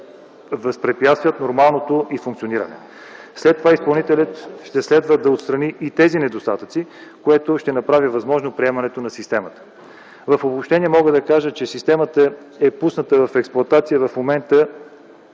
възпрепятстват нормалното й функциониране. След това изпълнителят ще следва да отстрани и тези недостатъци, което ще направи възможно приемането на системата. В обобщение мога да кажа, че системата е пусната в експлоатация, в момента